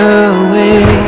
away